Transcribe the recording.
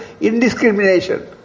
indiscrimination